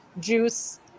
juice